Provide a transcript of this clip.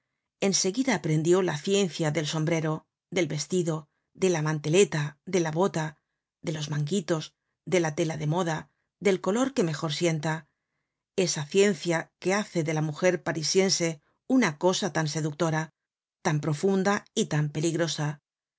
seguida aprendió la ciencia del sombrero del vestido de la manteleta de la bota de los manguitos de la tela de moda del color que mejor sienta esa ciencia que hace de la mujer parisiense una cosa tan seductora tan profunda y tan peligrosa